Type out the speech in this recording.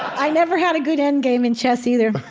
i never had a good end game in chess either